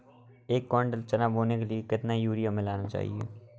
एक कुंटल चना बोने के लिए कितना यूरिया मिलाना चाहिये?